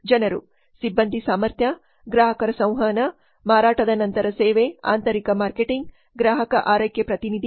ಜನರು ಸಿಬ್ಬಂದಿ ಸಾಮರ್ಥ್ಯ ಗ್ರಾಹಕರ ಸಂವಹನ ಮಾರಾಟದ ನಂತರದ ಸೇವೆ ಆಂತರಿಕ ಮಾರ್ಕೆಟಿಂಗ್ ಗ್ರಾಹಕ ಆರೈಕೆ ಪ್ರತಿನಿಧಿ